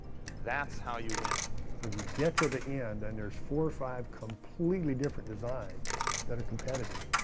that's how you win. when you get to the end and there's four or five completely different designs that are competitive,